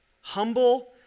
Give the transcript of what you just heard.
Humble